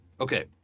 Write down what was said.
Okay